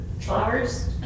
flowers